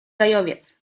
gajowiec